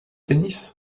tennis